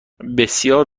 بسیار